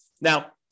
Now